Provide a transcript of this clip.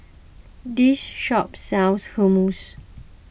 this shop sells Hummus